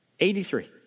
83